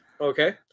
Okay